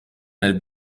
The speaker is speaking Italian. nel